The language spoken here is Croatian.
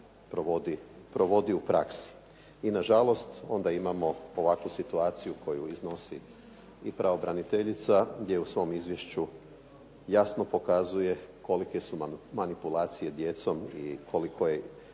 provodi u praksi. I na žalost onda imamo ovakvu situaciju koju iznosi i pravobraniteljica gdje u svom izvješću jasno pokazuje kolike su manipulacije djecom i koliko je